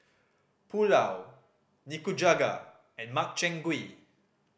Pulao Nikujaga and Makchang Gui